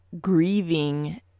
grieving